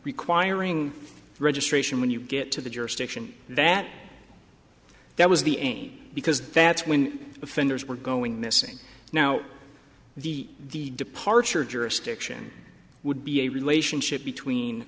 requiring registration when you get to the jurisdiction that that was the aim because that's when offenders were going missing now the the departure jurisdiction would be a relationship between